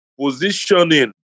Positioning